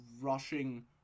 rushing –